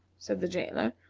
said the jailer,